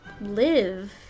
live